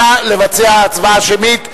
נא לבצע הצבעה שמית.